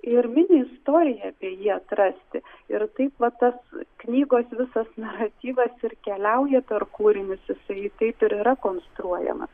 ir mini istoriją apie jį atrasti ir taip va tas knygos visas naratyvas ir keliauja per kūrinius jisai taip ir yra konstruojamas